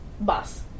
Bus